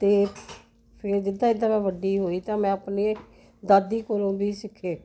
ਅਤੇ ਫਿਰ ਜਿੱਦਾਂ ਜਿੱਦਾਂ ਮੈਂ ਵੱਡੀ ਹੋਈ ਤਾਂ ਮੈਂ ਆਪਣੇ ਦਾਦੀ ਕੋਲੋਂ ਵੀ ਸਿੱਖੇ